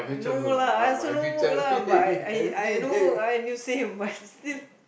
no lah I also no work lah but I I I no work I need to save but still